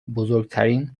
بزرگترین